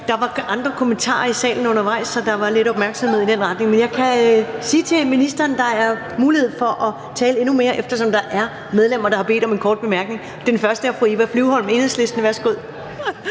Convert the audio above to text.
der var undervejs kommentarer fra andre i salen, så der var lidt opmærksomhed i den retning. Men jeg kan sige til ministeren, at der er mulighed for at tale endnu mere, eftersom der er medlemmer, der har bedt om en kort bemærkning. Den første er fru Eva Flyvholm, Enhedslisten. Værsgo.